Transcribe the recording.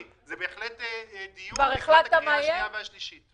זה בהחלט דיון שצריך לקיים לקראת הקריאה השנייה והשלישית.